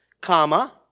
comma